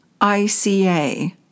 ICA